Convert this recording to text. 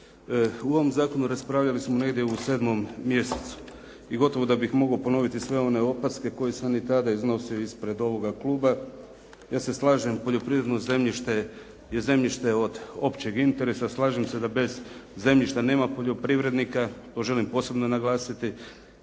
O ovom zakonu raspravljali smo negdje u 7. mjesecu i gotovo da bih mogao ponoviti sve one opaske koje sam i tada iznosio ispred ovoga kluba. Ja se slažem poljoprivredno zemljište je zemljište od općeg interesa, slažem se da bez zemljišta nema poljoprivrednika, to želim posebno naglasiti,